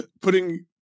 putting